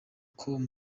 com